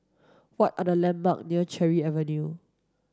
what are the landmarks near Cherry Avenue